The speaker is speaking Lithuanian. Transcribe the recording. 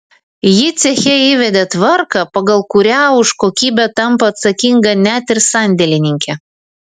ji ceche įvedė tvarką pagal kurią už kokybę tampa atsakinga net ir sandėlininkė